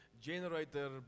generator